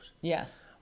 Yes